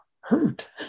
hurt